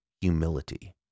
humility